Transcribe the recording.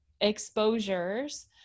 exposures